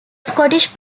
scottish